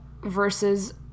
versus